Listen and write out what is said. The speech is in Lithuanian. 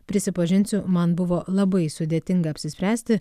prisipažinsiu man buvo labai sudėtinga apsispręsti